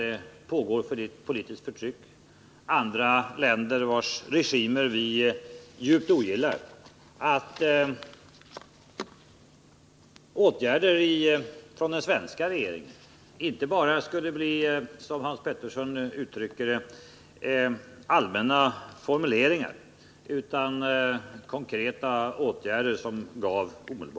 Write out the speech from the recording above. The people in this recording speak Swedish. Men om Hans Petersson noga tänker efter, inser han att det tyvärr inte ligger i den svenska regeringens makt — hur engagerad den än är i olika frågor — att åstadkomma särskilt mycket annat än uttalanden i riksdagen, i internationella organisationer och offentliga opinionsyttringar av skilda slag. Dess värre kommer Hans Petersson även i fortsättningen att få nöja sig med att det är den svenska regeringens enda möjlighet att agera.